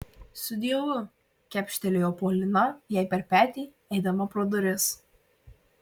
sudieu kepštelėjo poliana jai per petį eidama pro duris